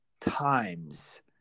times